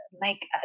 make